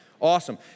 Awesome